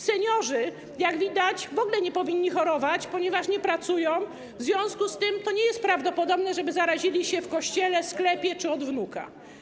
Seniorzy, jak widać, w ogóle nie powinni chorować, ponieważ nie pracują, w związku z czym to nie jest prawdopodobne, żeby zarazili się w kościele, sklepie czy od wnuka.